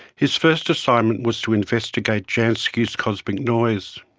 his first assignment was to investigate jansky's cosmic noise.